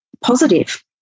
positive